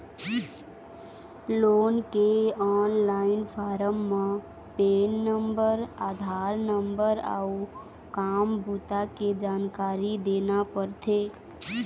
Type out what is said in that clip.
loan के online form म PAN number, Aadhaar number अउ काम बूता के जानकारी देना परथे